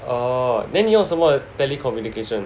orh then 那你用什么 telecommunication